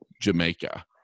Jamaica